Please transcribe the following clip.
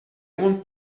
want